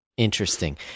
Interesting